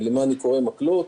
למה אני קורא מקלות?